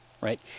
right